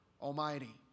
Almighty